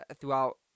throughout